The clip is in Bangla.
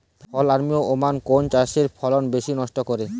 ফল আর্মি ওয়ার্ম কোন চাষের ফসল বেশি নষ্ট করে?